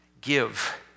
Give